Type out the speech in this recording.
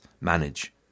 manage